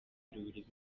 rubirizi